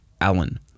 Allen